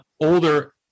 older